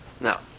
Now